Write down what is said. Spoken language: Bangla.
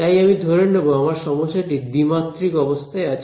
তাই আমি ধরে নেবো আমার সমস্যাটি দ্বিমাত্রিক অবস্থায় আছে